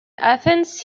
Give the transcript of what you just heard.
athens